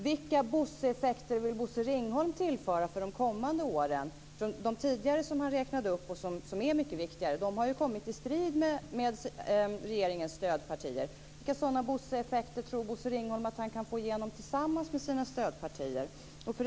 Vilka Bosseeffekter vill Bosse Ringholm tillföra för de kommande åren? De tidigare som han räknade upp, och som är mycket viktiga, har ju tillkommit i strid med regeringens stödpartier. Vilka Bosseeffekter tror Bosse Ringholm att han kan få igenom tillsammans med sina stödpartier?